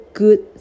good